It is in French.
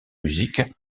musique